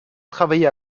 travailler